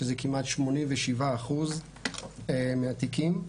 שזה כמעט 87% מהתיקים,